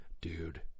dude